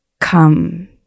come